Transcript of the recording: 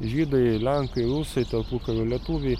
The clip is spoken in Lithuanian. žydai lenkai rusai tarpukario lietuviai